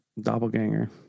doppelganger